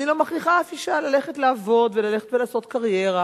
אני לא מכריחה אף אשה ללכת לעבוד וללכת ולעשות קריירה.